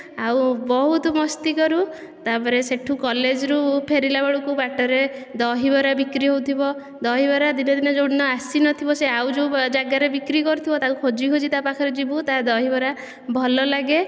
ଆଉ ବହୁତ ମସ୍ତି କରୁ ତାପରେ ସେଠୁ କଲେଜରୁ ଫେରିଲା ବେଳକୁ ବାଟରେ ଦହିବରା ବିକ୍ରି ହେଉଥିବ ଦହିବରା ଦିନେ ଦିନେ ଯେଉଁଦିନ ଆସିନଥିବ ସେ ଆଉ ଯେଉଁ ଜାଗାରେ ବିକ୍ରି କରୁଥିବ ତାକୁ ଖୋଜି ଖୋଜି ତା ପାଖରେ ଯିବୁ ତା ଦହିବରା ଭଲ ଲାଗେ